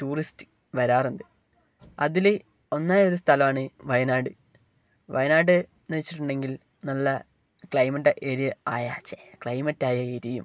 tourist വരാറുണ്ട് അതിൽ ഒന്നായൊരു സ്ഥലമാണ് വയനാട് വയനാട് എന്നു വെച്ചിട്ടുണ്ടെങ്കിൽ നല്ല ക്ലൈമറ്റ് എരിയ ആയ ചേഹ് ക്ലൈമറ്റായ ഏരിയും